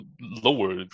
lower